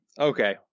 Okay